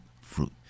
fruit